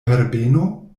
herbeno